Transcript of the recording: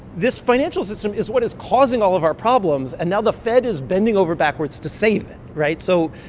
this financial system is what is causing all of our problems, and now the fed is bending over backwards to save it, right? so.